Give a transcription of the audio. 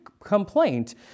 Complaint